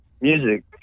music